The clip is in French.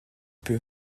peu